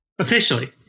Officially